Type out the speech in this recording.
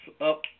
up